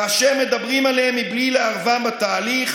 כאשר מדברים עליהם מבלי לערבם בתהליך,